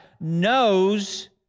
knows